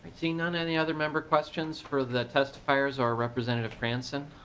seeing none any other member questions for the testifiers or representative franson?